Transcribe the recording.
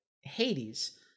Hades